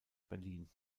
berlin